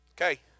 Okay